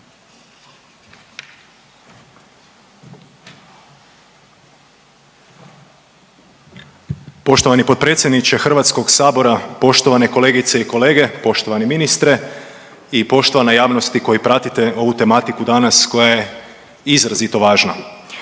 Poštovani potpredsjedniče Hrvatskog sabora, poštovane kolegice i kolege, poštovani ministre i poštovana javnosti koji pratite ovu tematiku danas koja je izrazito važna.